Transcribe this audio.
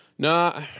No